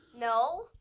No